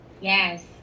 Yes